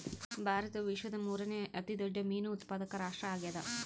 ಭಾರತವು ವಿಶ್ವದ ಮೂರನೇ ಅತಿ ದೊಡ್ಡ ಮೇನು ಉತ್ಪಾದಕ ರಾಷ್ಟ್ರ ಆಗ್ಯದ